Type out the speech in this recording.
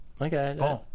Okay